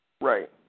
Right